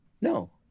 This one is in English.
No